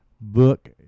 book